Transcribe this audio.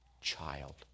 child